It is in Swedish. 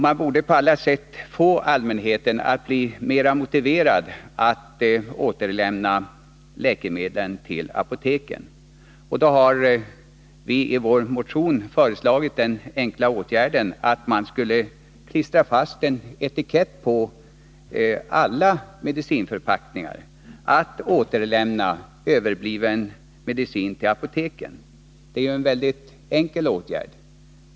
Man borde på alla sätt få allmänheten att bli mera motiverad att återlämna läkemedlen till apoteken. Därför har vi i vår motion föreslagit den enkla åtgärden att en etikett skulle klistras fast på alla medicinförpackningar med uppmaningen att återlämna överbliven medicin till apoteken. Det är en mycket enkel åtgärd.